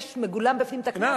מגלם בפנים את הקנס,